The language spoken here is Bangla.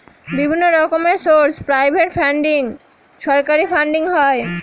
বিভিন্ন রকমের সোর্স প্রাইভেট ফান্ডিং, সরকারি ফান্ডিং হয়